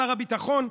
שר הביטחון,